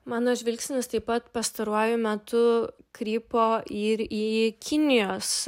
mano žvilgsnis taip pat pastaruoju metu krypo ir į kinijos